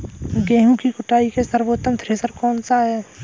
गेहूँ की कुटाई के लिए सर्वोत्तम थ्रेसर कौनसा है?